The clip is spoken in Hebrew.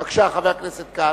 בבקשה, חבר הכנסת כץ.